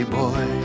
boy